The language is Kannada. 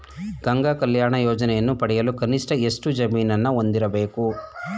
ಗಂಗಾ ಕಲ್ಯಾಣ ಯೋಜನೆಯನ್ನು ಪಡೆಯಲು ಕನಿಷ್ಠ ಎಷ್ಟು ಜಮೀನನ್ನು ಹೊಂದಿರಬೇಕು?